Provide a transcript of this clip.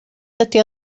dydy